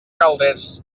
calders